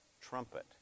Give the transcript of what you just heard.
trumpet